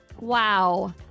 Wow